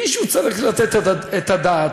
מישהו צריך לתת את הדעת.